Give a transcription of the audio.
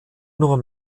nur